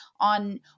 on